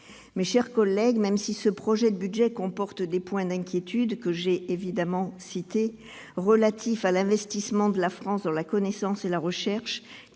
Mes chers collègues, même si ce projet de budget comporte des points d'inquiétude- que j'ai évidemment cités -relatifs à l'investissement de la France dans la connaissance et la recherche,